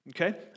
Okay